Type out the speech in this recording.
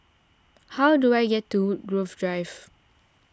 how do I get to Woodgrove Drive